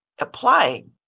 applying